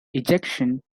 ejection